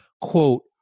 quote